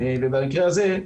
במקרה הזה,